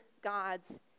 God's